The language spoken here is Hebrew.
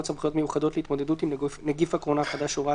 סמכויות מיוחדות להתמודדות עם נגיף הקורונה החדש (הוראת